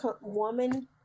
woman